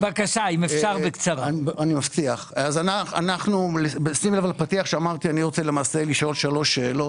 אני רוצה למעשה לשאול שלוש שאלות.